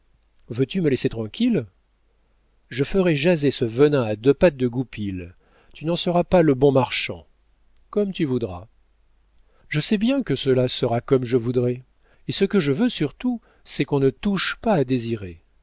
veux-tu me laisser tranquille je ferai jaser ce venin à deux pattes de goupil et tu n'en seras pas le bon marchand comme tu voudras je sais bien que cela sera comme je voudrai et ce que je veux surtout c'est qu'on ne touche pas à désiré